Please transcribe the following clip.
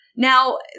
Now